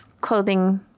clothing